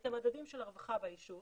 את המדדים של הרחבה ביישוב